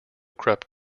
krupp